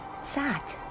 sad